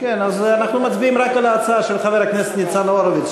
אנחנו מצביעים רק על ההצעה של חבר הכנסת ניצן הורוביץ,